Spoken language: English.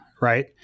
right